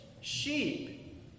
Sheep